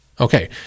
Okay